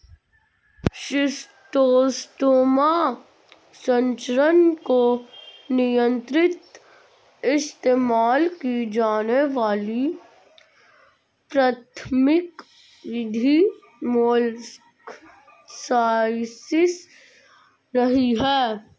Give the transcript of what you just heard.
schistosoma संचरण को नियंत्रित इस्तेमाल की जाने वाली प्राथमिक विधि मोलस्कसाइड्स रही है